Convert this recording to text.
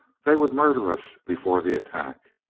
they would murder us before the attack.